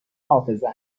حافظه